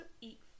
eat